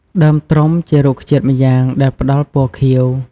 ដើមត្រុំជារុក្ខជាតិម្យ៉ាងដែលផ្ដល់ពណ៌ខៀវ។